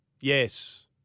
Yes